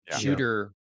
shooter